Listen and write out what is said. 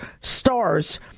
stars